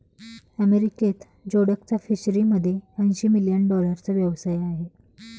अमेरिकेत जोडकचा फिशरीमध्ये ऐंशी मिलियन डॉलरचा व्यवसाय आहे